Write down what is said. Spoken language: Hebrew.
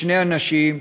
לשני אנשים,